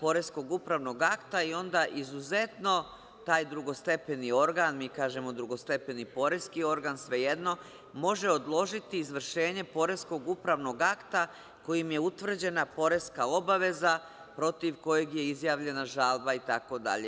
poreskog upravnog akta i onda izuzetno taj drugostepeni organ, mi kažemo drugostepeni poreski organ, svejedno, može odložiti izvršenje poreskog upravnog akta kojim je utvrđena poreska obaveza, protiv kojeg je izjavljena žalba itd.